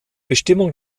bestimmung